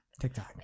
tiktok